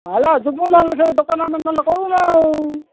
ହେଲା ଯିବୁ ନହେଲେ ସିଆଡ଼େ ଦୋକାନ ନହେଲେ କରିବୁ ନା ଆଉ